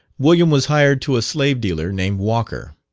william was hired to a slave-dealer named walker.